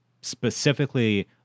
specifically